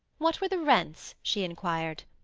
what were the rents? she inquired.